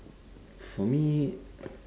for me